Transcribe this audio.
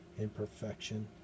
imperfection